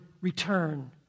return